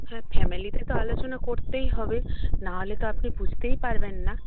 হ্যাঁ ফ্যামিলিতে তো আলোচনা করতেই হবে নাহলে তো আপনি বুঝতেই পারবেন না